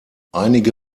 einige